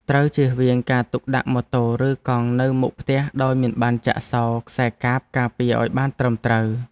ត្រូវជៀសវាងការទុកដាក់ម៉ូតូឬកង់នៅមុខផ្ទះដោយមិនបានចាក់សោរខ្សែកាបការពារឱ្យបានត្រឹមត្រូវ។